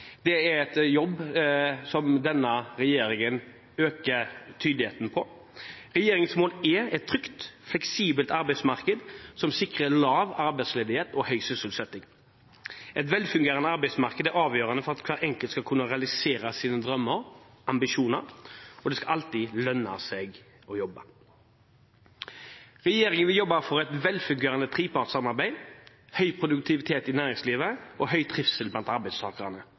mål er et trygt, fleksibelt arbeidsmarked som sikrer en lav arbeidsledighet og høy sysselsetting. Et velfungerende arbeidsmarked er avgjørende for at hver enkelt skal kunne realisere sine drømmer og ambisjoner, og det skal alltid lønne seg å jobbe. Regjeringen vil jobbe for et velfungerende trepartssamarbeid, høy produktivitet i næringslivet og høy trivsel blant arbeidstakerne.